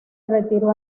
retiró